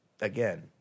Again